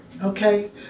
Okay